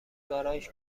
گاراژ